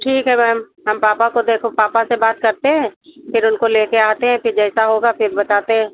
ठीक है मैम हम पापा को देखो पापा से बात करते हैं फिर उनको लेकर आते हैं फिर जैसा होगा फिर बताते हैं